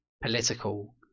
political